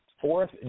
Fourth